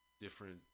Different